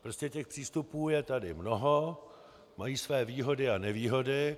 Prostě těch přístupů je tady mnoho, mají své výhody a nevýhody.